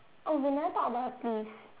oh we never talk about the sleeves